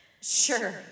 Sure